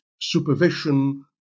supervision